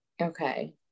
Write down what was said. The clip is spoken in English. Okay